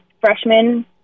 freshman